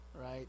right